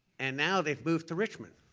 and now they've moved to richmond.